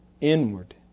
inward